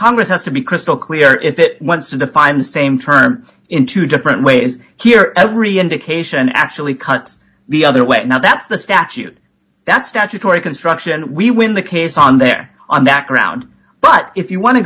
congress has to be crystal clear if it wants to define the same term in two different ways here every indication actually cuts the other way now that's the statute that statutory construction we win the case on there on that ground but if you want to